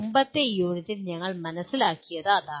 മുമ്പത്തെ യൂണിറ്റിൽ ഞങ്ങൾ മനസ്സിലാക്കിയത് അതാണ്